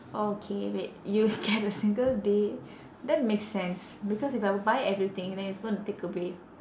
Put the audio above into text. orh K wait you get a single day that makes sense because if I buy everything then it's going to take away